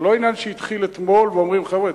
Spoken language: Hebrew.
זה לא עניין שהתחיל אתמול ואומרים: חבר'ה,